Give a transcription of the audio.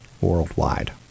worldwide